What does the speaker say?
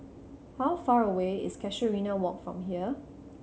how far away is Casuarina Walk from here